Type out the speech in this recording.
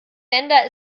länder